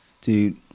Dude